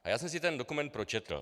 A já jsem si ten dokument pročetl.